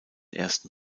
ersten